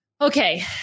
Okay